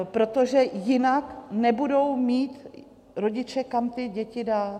Protože jinak nebudou mít rodiče kam ty děti dát.